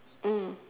mm